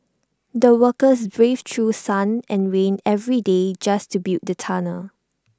the workers braved through sun and rain every day just to build the tunnel